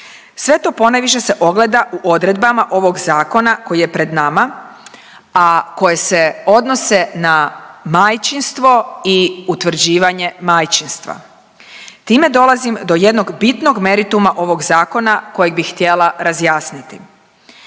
Sve to ponajviše se ogleda u odredbama ovog zakona koji je pred nama, a koje se odnose na majčinstvo i utvrđivanje majčinstva. Time dolazim do jednog bitnog merituma ovog zakona kojeg bih htjela razjasniti.